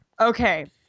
okay